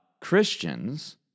Christians